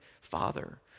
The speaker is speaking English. Father